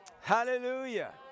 Hallelujah